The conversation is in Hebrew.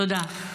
תודה.